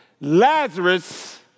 Lazarus